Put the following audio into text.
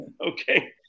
Okay